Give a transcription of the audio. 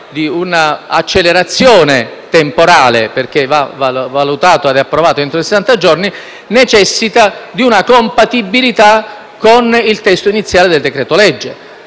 di un'accelerazione temporale in quanto va esaminato e approvato entro sessanta giorni, necessita di una compatibilità con il testo iniziale del decreto-legge.